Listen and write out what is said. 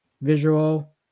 visual